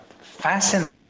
fascinating